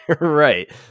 Right